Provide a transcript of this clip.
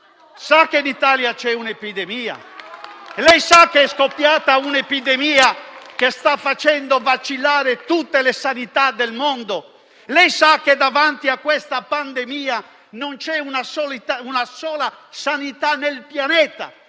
sa che in Italia c'è un'epidemia? Sa che è scoppiata un'epidemia che sta facendo vacillare tutte le sanità del mondo? Sa che, davanti a questa pandemia, non c'è una sola sanità nel pianeta